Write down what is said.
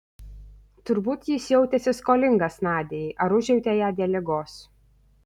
turbūt jis jautėsi skolingas nadiai ar užjautė ją dėl ligos